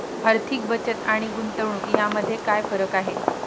आर्थिक बचत आणि गुंतवणूक यामध्ये काय फरक आहे?